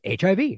HIV